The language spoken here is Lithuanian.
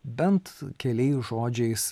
bent keliais žodžiais